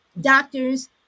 doctors